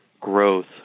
growth